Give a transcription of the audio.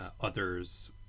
Others